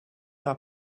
are